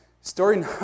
Story